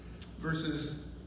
verses